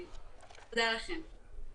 תודה לכם.